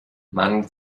man